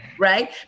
right